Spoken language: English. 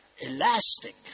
Elastic